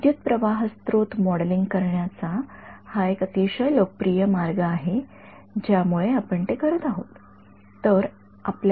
विद्युतप्रवाह स्त्रोत मॉडेलिंग करण्याचा हा एक अतिशय लोकप्रिय मार्ग आहे ज्यामुळे आपण ते करत आहोत